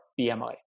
BMI